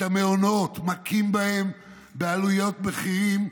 את המעונות, מכים בהם בעליות מחירים,